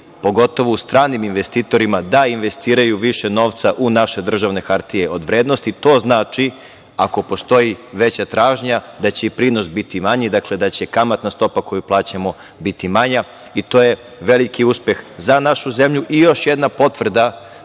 pogotovu stranim investitorima da investiraju više novca u naše državne hartije od vrednosti. To znači, ako postoji veća tražnja da će i prinos biti manji. Dakle, da će kamatna stopa koju plaćamo biti manja. To je veliki uspeh za našu zemlju i još jedna potvrda